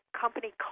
company